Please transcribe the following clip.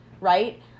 right